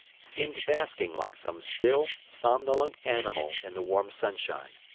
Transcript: seemed basking like some still, somnolent animal in the warm sunshine.